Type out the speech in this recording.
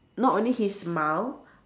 not only his smile